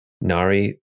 Nari